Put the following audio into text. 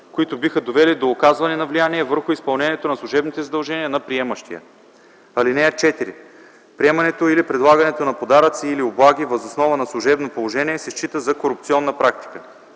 които биха довели до оказване на влияние върху изпълнението на служебните задължения на приемащия. (4) Приемането или предлагането на подаръци или облаги въз основа на служебно положение се счита за корупционна практика.